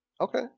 Okay